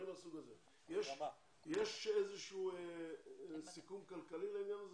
יש איזשהו סיכון כלכלי לעניין הזה?